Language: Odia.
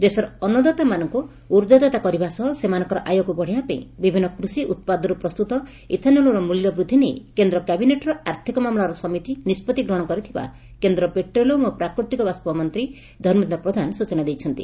ଦେଶର ଅନୁଦାତା ମାନଙ୍କୁ ଉର୍ଜାଦାତା କରିବା ସହ ସେମାନଙ୍କର ଆୟକୁ ବଢାଇବା ପାଇଁ ବିଭିନ୍ନ କୃଷି ଉପ୍ପାଦରୁ ପ୍ରସ୍ତୁତ ଇଥାନୋଲର ମୁଲ୍ୟ ବୃଦ୍ଧି ନେଇ କେନ୍ଦ୍ କ୍ୟାବିନେଟର ଆର୍ଥିକ ମାମଲାର ସମିତି ବଡ ନିଷ୍ବତି ଗ୍ରହଶ କରିଥିବା କେନ୍ଦ୍ର ପେଟ୍ରୋଲିମ ଓ ପ୍ରାକୃତିକ ଗ୍ୟାସ ମନ୍ତୀ ଧର୍ମେନ୍ଦ ପ୍ରଧାନ ସୂଚନା ଦେଇଛନ୍ତି